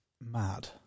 mad